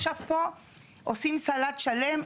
עכשיו פה עושים סלט שלם,